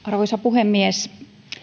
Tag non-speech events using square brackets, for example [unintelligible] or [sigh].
[unintelligible] arvoisa puhemies